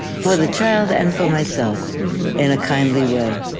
for the child and for myself in a kindly way